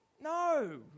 no